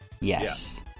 Yes